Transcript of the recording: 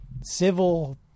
civil